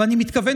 ואני מתכוון,